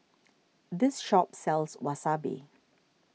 this shop sells Wasabi